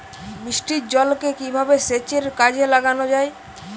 বৃষ্টির জলকে কিভাবে সেচের কাজে লাগানো যায়?